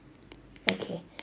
okay